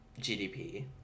GDP